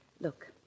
Look